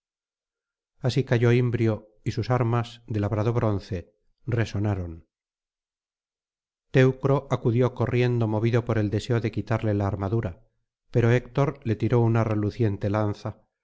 así cayó imbrio y sus armas de labrado bronce resonaron teucro acudió corriendo movido por el deseo de quitarle la armadura pero héctor le tiró una reluciente lanza violo aquél y